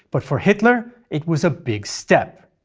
but for hitler it was a big step.